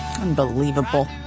Unbelievable